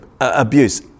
abuse